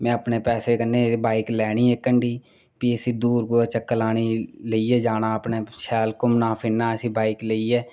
में अपने पैसे कन्नै एह बाइक लैनी भी इसी दूर कुदै चककर लाने ईं लेइयै जाना अपनै शैल घुमना फिरना इसी बाइक लेइयै